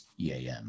EAM